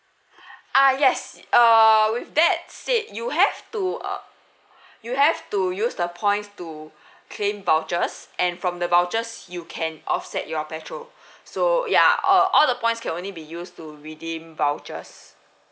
uh yes err with that said you have to uh you have to use the points to claim vouchers and from the vouchers you can offset your petrol so ya err all the points can only be used to redeem vouchers